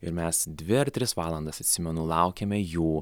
ir mes dvi ar tris valandas atsimenu laukėme jų